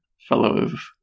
fellows